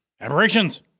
Aberrations